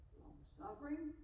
long-suffering